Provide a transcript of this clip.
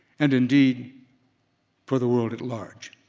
and indeed for the world at large.